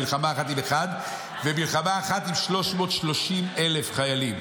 המלחמה אחת עם אחד ומלחמה אחת עם 330,000 חיילים.